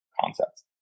concepts